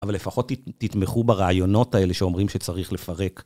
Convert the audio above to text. אבל לפחות תתמכו ברעיונות האלה שאומרים שצריך לפרק.